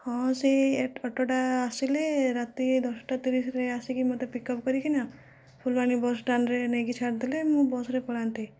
ହଁ ସେହି ଅଟୋଟା ଆସିଲେ ରାତି ଦଶଟା ତିରିଶରେ ଆସିକି ମୋତେ ପିକଅପ୍ କରିକିନା ଫୁଲବାଣୀ ବସ୍ଷ୍ଟାଣ୍ଡରେ ନେଇକି ଛାଡ଼ିଦେଲେ ମୁଁ ବସ୍ରେ ପଳାନ୍ତି